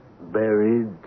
buried